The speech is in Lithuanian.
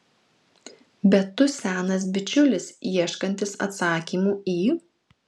bet tu senas bičiulis ieškantis atsakymų į